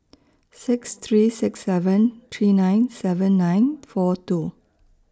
six three six seven three nine seven nine four two